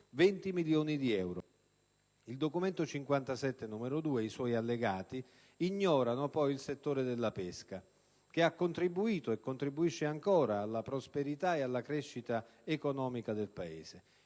20 milioni di euro. Il Documento LVII, n. 2, e i suoi allegati ignorano il settore della pesca che ha contribuito e contribuisce ancora alla prosperità e alla crescita economica del Paese.